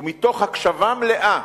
ומתוך הקשבה מלאה